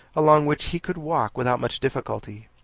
along which he could walk without much difficulty.